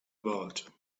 world